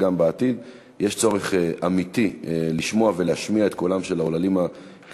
זה רק מראה לסיעה שלו ולסיעה שלך שאסור לנו להתייאש